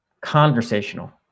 conversational